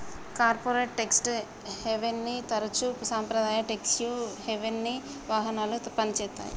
corporate tax హెవెన్ని తరచుగా సాంప్రదాయ ట్యేక్స్ హెవెన్కి వాహనాలుగా పనిచేత్తాయి